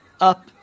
up